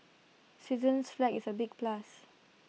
Switzerland's flag is A big plus